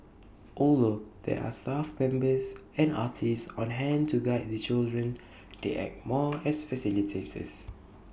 although there are staff members and artists on hand to guide the children they act more as facilitators